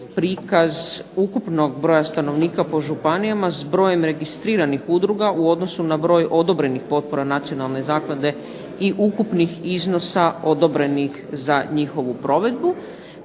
prikaz ukupnog broja stanovnika po županijama s brojem registriranih udruga u odnosu na broj odobrenih potpora nacionalne zaklade i ukupnih iznosa odobrenih za njihovu provedbu,